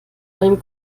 einem